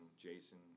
Jason